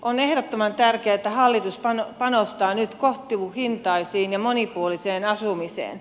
on ehdottoman tärkeää että hallitus panostaa nyt kohtuuhintaiseen ja monipuoliseen asumiseen